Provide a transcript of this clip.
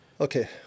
Okay